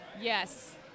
Yes